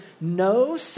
no